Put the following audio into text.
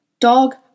Dog